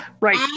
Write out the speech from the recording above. right